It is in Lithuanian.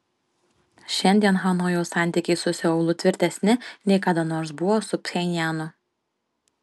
šiandien hanojaus santykiai su seulu tvirtesni nei kada nors buvo su pchenjanu